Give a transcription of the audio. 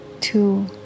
two